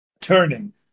Turning